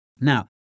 Now